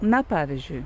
na pavyzdžiui